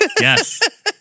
Yes